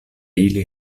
ili